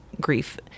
grief